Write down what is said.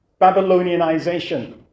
Babylonianization